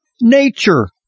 nature